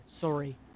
Sorry